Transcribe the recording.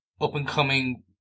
up-and-coming